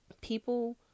People